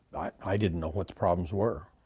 i didn't know what the problems were.